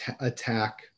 attack